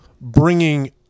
bringing